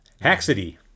Haxity